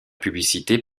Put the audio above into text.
publicités